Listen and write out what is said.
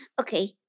Okay